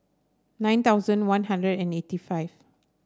nine thousand One Hundred and eighty five